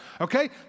Okay